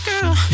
girl